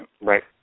Right